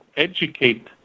educate